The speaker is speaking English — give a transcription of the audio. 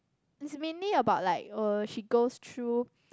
is mainly about like uh she goes through